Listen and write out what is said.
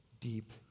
deep